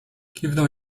kiwnął